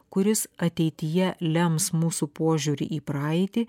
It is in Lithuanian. kuris ateityje lems mūsų požiūrį į praeitį